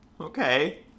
Okay